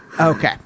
Okay